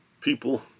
people